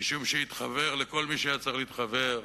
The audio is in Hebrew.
משום שהתחוור לכל מי שהיה צריך להתחוור לו,